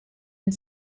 and